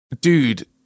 Dude